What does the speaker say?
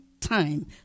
time